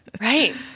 Right